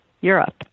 Europe